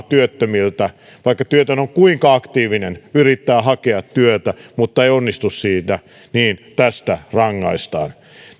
työttömiltä vaikka työtön on kuinka aktiivinen yrittää hakea työtä mutta ei onnistu siinä niin tästä rangaistaan